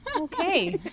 Okay